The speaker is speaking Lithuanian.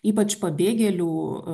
ypač pabėgėlių